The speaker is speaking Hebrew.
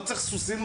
לא צריך סוסים,